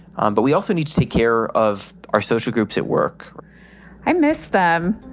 um but we also need to take care of our social groups at work i miss them.